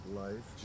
life